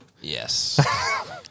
Yes